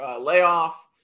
layoff